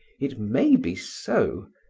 it may be so.